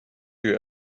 you